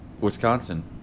Wisconsin